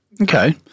Okay